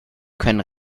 können